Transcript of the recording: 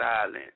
silent